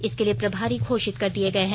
इसके लिए प्रभारी घोषित कर दिये गए हैं